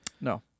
No